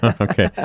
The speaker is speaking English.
Okay